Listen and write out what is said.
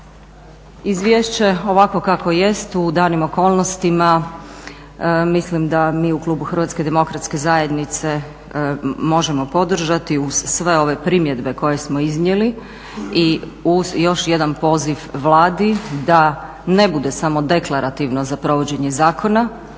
izvješće ovakvo kakvo jest u danim okolnostima mislim da mi u klubu HDZ-a možemo podržati uz sve ove primjedbe koje smo iznijeli i uz još jedan poziv Vladi da ne bude samo deklarativno za provođenje zakona